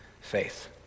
faith